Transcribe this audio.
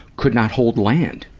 could not hold land,